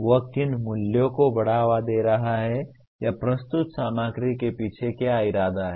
वह किन मूल्यों को बढ़ावा दे रहा है या प्रस्तुत सामग्री के पीछे क्या इरादा है